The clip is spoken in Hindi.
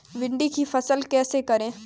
भिंडी की फसल कैसे करें?